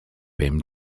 him